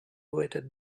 weighted